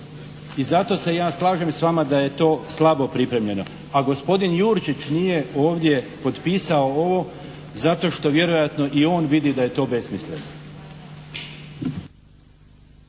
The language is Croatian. I zato se ja slažem s vama da je to slabo pripremljeno. A gospodin Jurčić nije ovdje potpisao ovo, zato što vjerojatno i on vidi da je to besmisleno.